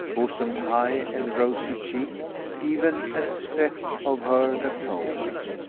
bosomed high and rosy checked even as saith of her the poet,